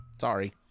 Sorry